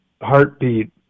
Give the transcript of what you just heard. heartbeat